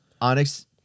Onyx